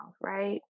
right